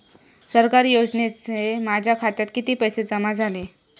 सरकारी योजनेचे माझ्या खात्यात किती पैसे जमा झाले?